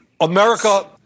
America